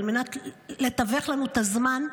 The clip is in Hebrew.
על מנת לתווך לנו את הזמן,